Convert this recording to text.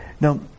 now